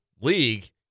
league